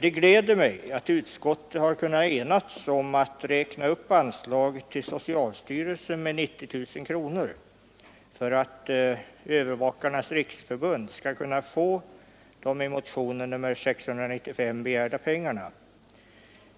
Det gläder mig att utskottet har kunnat enas om att räkna upp anslaget till socialstyrelsen med 90000 kronor för att Övervakarnas riksförbund skall få de i motionen 695 begärda pengarna,